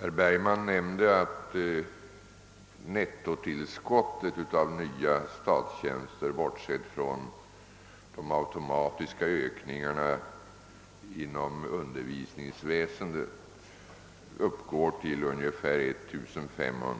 Herr Bergman nämnde att nettotillskottet av nya tjänster, bortsett från de automatiska ökningarna inom undervisningsväsendet, uppgår till ungefär 1 500